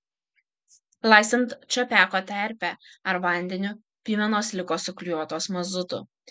laistant čapeko terpe ar vandeniu pjuvenos liko suklijuotos mazutu